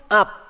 up